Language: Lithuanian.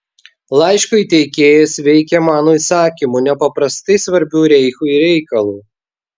laiško įteikėjas veikia mano įsakymu nepaprastai svarbiu reichui reikalu